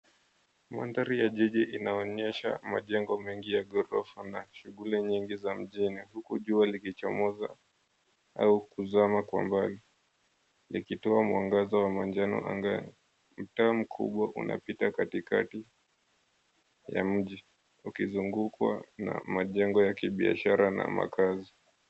Mandari ya jiji inaonyesha majengo mengi ya ghorofa na shughuli nyingi za mjini huku jua likichomoza au kuzama kwa mbali, ikitoa mwangaza wa manjano angani. Mtaa mkubwa unapita katikati ya mji ukizungukwa na majengo ya kibiashara na makazi.